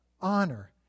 honor